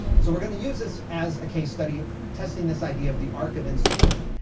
so we're going to use this as a case study. testing this idea of the arc of instability.